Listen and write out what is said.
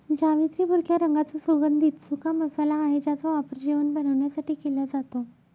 जावेत्री भुरक्या रंगाचा सुगंधित सुका मसाला आहे ज्याचा वापर जेवण बनवण्यासाठी केला जातो